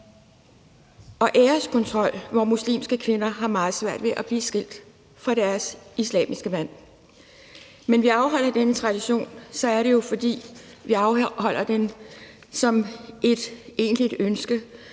og æreskontrol, der gør, at muslimske kvinder har meget svært ved at blive skilt fra deres islamiske mand. Når vi opretholder denne tradition, er det jo, fordi vi har et egentligt ønske